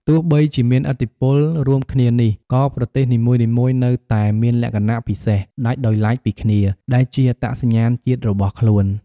ទោះបីជាមានឥទ្ធិពលរួមគ្នានេះ ក៏ប្រទេសនីមួយៗនៅតែមានលក្ខណៈពិសេសដាច់ដោយឡែកពីគ្នា ដែលជាអត្តសញ្ញាណជាតិរបស់ខ្លួន។